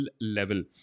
level